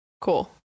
Cool